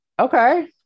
Okay